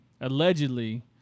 allegedly